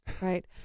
right